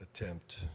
attempt